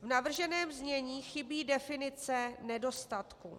V navrženém znění chybí definice nedostatku.